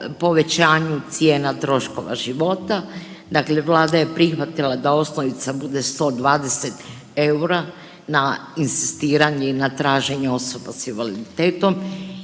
povećanju cijena troškova života. Dakle, Vlada je prihvatila da osnovica bude 120 eura na inzistiranje i traženje osoba s invaliditetom